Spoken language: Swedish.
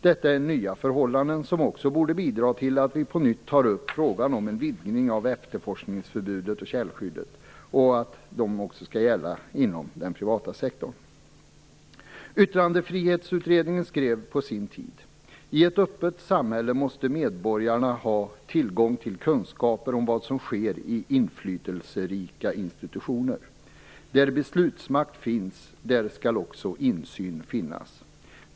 Detta är nya förhållanden som också borde bidra till att vi på nytt tar upp frågan om en vidgning av efterforskningsförbudet och källskyddet till att också gälla inom den privata sektorn. Yttrandefrihetsutredningen skrev på sin tid: I ett öppet samhälle måste medborgarna ha tillgång till kunskaper om vad som sker i inflytelserika institutioner. Där beslutsmakt finns, där skall också insyn finnas.